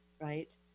right